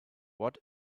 what